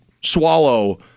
swallow